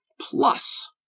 Plus